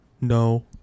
No